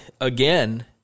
again